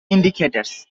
indicators